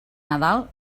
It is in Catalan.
nadal